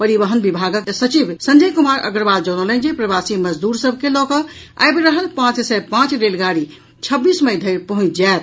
परिवहन विभागक सचिव संजय कुमार अग्रवाल जनौलनि जे प्रवासी मजदूर सभ के लऽकऽ आबि रहल पांच सय पांच रेलगाडी छब्बीस मई धरि पहुंचि जायत